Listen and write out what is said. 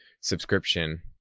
subscription